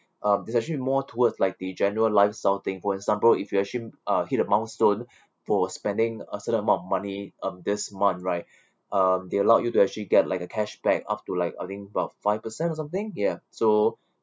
um it's actually more towards like the general lifestyle thing for example if you actually uh hit a milestone for spending a certain amount of money um this month right um they allowed you to actually get like a cashback up to like I think about five percent or something ya so